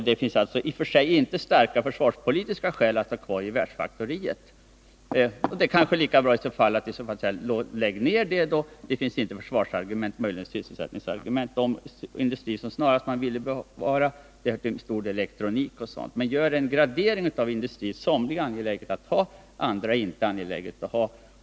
Det finns alltså inte några starka försvarspolitiska skäl att ha kvar gevärsfaktoriet. Och kanske är det då lika bra att säga: Lägg ned det, för det finns inte några försvarsargument utan möjligen sysselsättningsargument för att behålla det. Den industri som man snarast vill bevara är till stor del elektronikindustri och liknande industri. Men det handlar alltså om att göra en gradering av industrierna: somliga är angelägna att ha kvar, andra är inte angelägna att ha kvar.